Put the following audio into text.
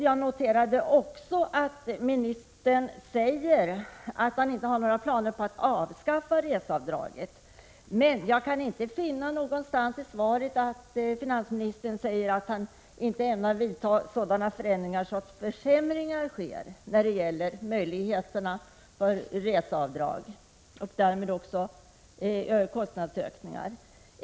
Jag noterade också att ministern säger att man inte har några planer på att avskaffa reseavdraget. Men jag kan inte finna någonstans i svaret att finansministern säger att han inte ämnar genomföra försämringar i möjligheterna till reseavdrag och därmed följande kostnadsökningar.